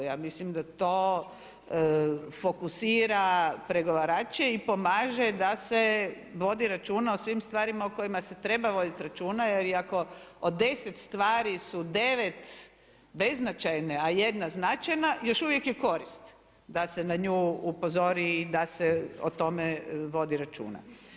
Ja mislim da to fokusira pregovarače i pomaže da se vodi računa o svim stvarima o kojima se treba voditi računa jer iako od deset stvari su devet beznačajne, a jedna značajna još uvijek je korist da se na nju upozori i da se o tome vodi računa.